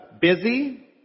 Busy